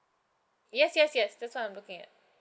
yes yes yes that's what I'm looking at